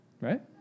right